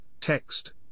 text